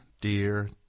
dear